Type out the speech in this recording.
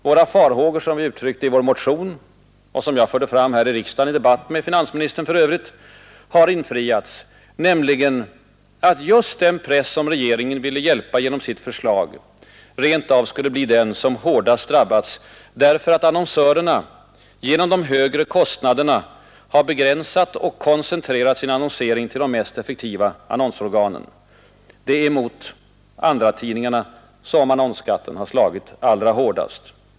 Våra farhågor — som vi uttryckte i vår motion och som jag förde fram här i riksdagen, för övrigt i debatt med finansministern — har infriats, nämligen att just den press som regeringen ville hjälpa genom sitt förslag rent av skulle bli den som hårdast drabbats, därför att annonssörerna genom de högre kostnaderna har begränsat och koncentrerat sin annonsering till de mest effektiva annonsorganen. Det är mot andratidningarna som annonsskatten har slagit allra hårdast.